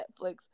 Netflix